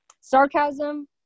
sarcasm